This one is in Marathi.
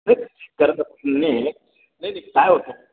नाही करत असतील नाही नाही नाही काय होतं